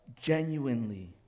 genuinely